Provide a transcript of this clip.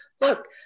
look